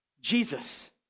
Jesus